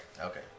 Okay